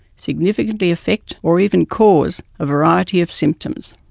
significantly affect or even cause a variety of symptoms.